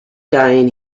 dying